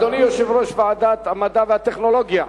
אדוני יושב-ראש ועדת המדע והטכנולוגיה,